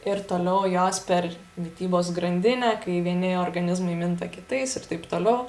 ir toliau jos per mitybos grandinę kai vieni organizmai minta kitais ir taip toliau